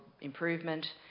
improvement